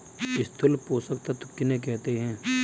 स्थूल पोषक तत्व किन्हें कहते हैं?